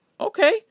okay